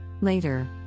Later